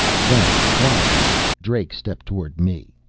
then, quietly, drake stepped toward me.